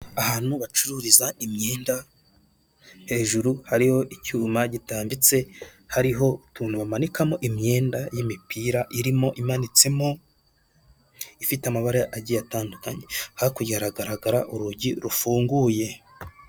Ahantu bacururiza imyenda hejuru hariho icyuma gitambitse, hariho utuntu bamanikamo imyenda y'imipira irimo, imanitsemo ifite amabara agiye atandukanye, hakurya hagaragara urugi rufunguye.